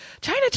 China